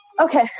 okay